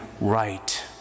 right